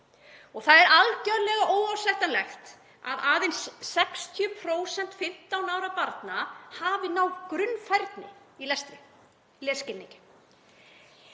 Það er algerlega óásættanlegt að aðeins 60% 15 ára barna hafi náð grunnfærni í lesskilningi.